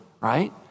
right